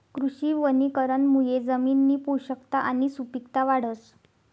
कृषी वनीकरणमुये जमिननी पोषकता आणि सुपिकता वाढस